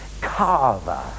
Carver